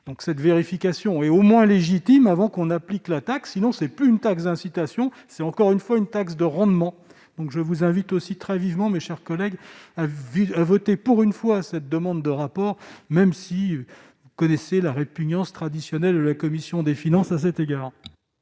donc cette vérification et au moins légitime, avant qu'on applique la taxe sinon c'est plus une taxe d'incitation, c'est encore une fois, une taxe de rendement, donc je vous invite aussi très vivement, mes chers collègues, à à voter pour une fois, cette demande de rapport, même si vous connaissez la répugnance traditionnelle, la commission des finances à cet égard.